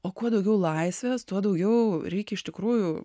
o kuo daugiau laisvės tuo daugiau reikia iš tikrųjų